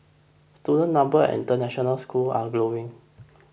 student numbers at international schools are growing